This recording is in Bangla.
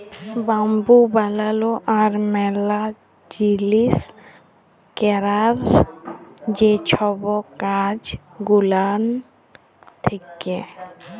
বাম্বু বালালো আর ম্যালা জিলিস ক্যরার যে ছব কাজ গুলান থ্যাকে